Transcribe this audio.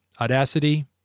Audacity